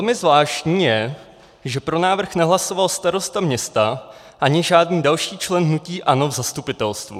Velmi zvláštní je, že pro návrh nehlasoval starosta města ani žádný další člen hnutí ANO v zastupitelstvu.